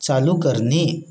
चालू करणे